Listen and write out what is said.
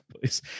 Please